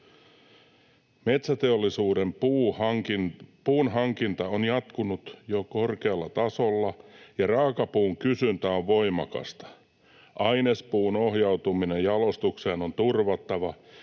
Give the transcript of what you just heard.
”Metsäteollisuuden puunhankinta on jatkunut jo korkealla tasolla, ja raakapuun kysyntä on voimakasta. Ainespuun ohjautuminen jalostukseen on turvattava,